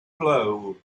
blow